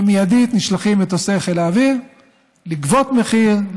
ומיידית נשלחים מטוסי חיל האוויר לגבות מחיר,